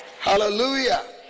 hallelujah